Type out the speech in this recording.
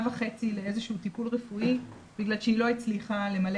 וחצי לאיזה שהוא טיפול רפואי בגלל שהיא לא הצליחה למלא